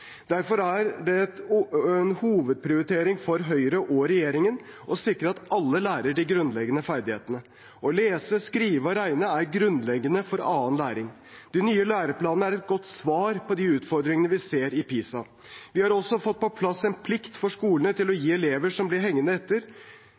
Derfor er det en hovedprioritering for Høyre og regjeringen å sikre at alle lærer de grunnleggende ferdighetene. Å lese, skrive og regne er grunnleggende for annen læring. De nye læreplanene er et godt svar på de utfordringene vi ser i PISA-undersøkelsen. Vi har også fått på plass en plikt for skolene til å gi